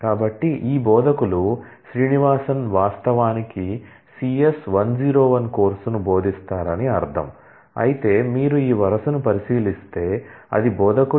కాబట్టి ఈ బోధకులు శ్రీనివాసన్ వాస్తవానికి CS 101 కోర్సును బోధిస్తారని అర్ధం అయితే మీరు ఈ వరుసను పరిశీలిస్తే అది బోధకుడు